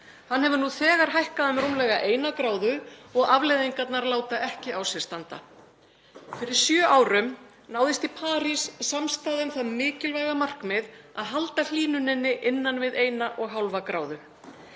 Hann hefur nú þegar hækkað um rúmlega 1°C og afleiðingarnar láta ekki á sér standa. Fyrir sjö árum náðist í París samstaða um það mikilvæga markmið að halda hlýnuninni innan við 1,5°C. Það